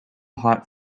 hot